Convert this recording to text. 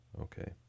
Okay